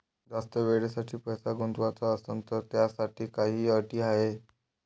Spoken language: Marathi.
जास्त वेळेसाठी पैसा गुंतवाचा असनं त त्याच्यासाठी काही अटी हाय?